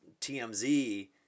TMZ